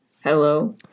Hello